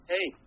Hey